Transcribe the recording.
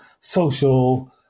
social